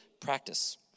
practice